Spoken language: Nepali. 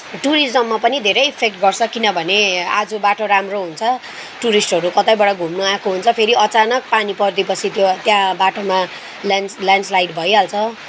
टुरिज्ममा पनि धेरै इफेक्ट गर्छ किनभने आज बाटो राम्रो हुन्छ टुरिस्टहरू कतैबाट घुम्न आएको हुन्छ फेरि अचानक पानी परिदिए पछि त त्यहाँ बाटोमा लेन्ड ल्यान्डस्लाइड भइहाल्छ